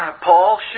Paul